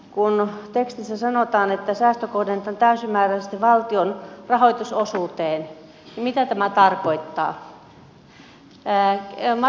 kun tekstissä sanotaan että säästö kohdennetaan täysimääräisesti valtion rahoitusosuuteen niin mitä tämä tarkoittaa